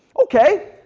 ok,